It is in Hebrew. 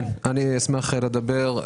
אני אשמח לדבר.